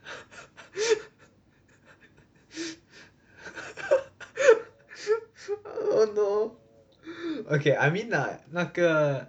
oh no okay I mean 的那个